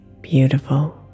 beautiful